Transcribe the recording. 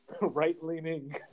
Right-leaning